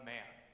Man